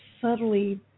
subtly